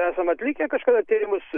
esam atlikę kažkada tyrimus